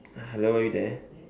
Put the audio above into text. hello are you there